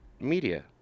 media